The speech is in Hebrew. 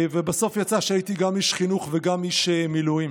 ובסוף יצא שהייתי גם איש חינוך וגם איש מילואים.